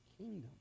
kingdom